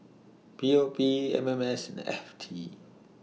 P O P M M S and F T